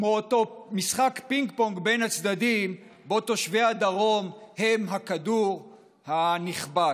כמו אותו משחק פינג-פונג בין הצדדים שבו תושבי הדרום הם הכדור הנחבט.